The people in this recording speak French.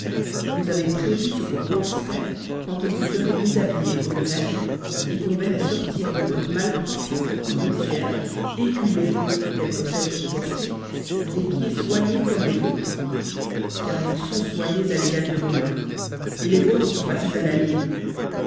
vous avez prévu ce qu'on penserait quand on vous ferait déshabiller au greffe et qu'on verrait sortir de bottes malpropres grossières éculées telles que celles que vous portiez des pieds soignés comme les vôtres car ils sont soignés à l'égal de vos mains et les vôtres sont passés à la lime